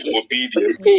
obedience